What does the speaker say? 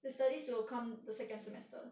the studies will come the second semester